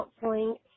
Counseling